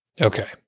Okay